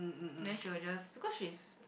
then she will just because she's